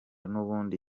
n’ubundi